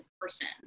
person